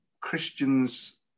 Christians